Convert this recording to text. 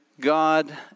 God